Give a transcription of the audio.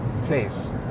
place